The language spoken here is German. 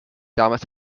damals